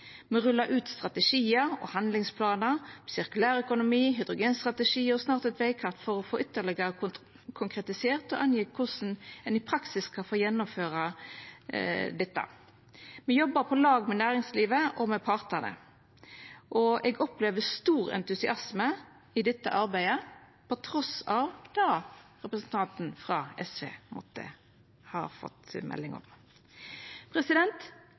Me rullar ut strategiar og handlingsplanar, sirkulærøkonomi, hydrogenstrategi og snart eit vegkart for å få ytterlegare konkretisert og angjeve korleis ein i praksis skal få gjennomført dette. Me jobbar på lag med næringslivet og med partane, og eg opplever stor entusiasme i dette arbeidet, trass i det representanten frå SV måtte ha fått melding om.